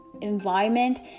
environment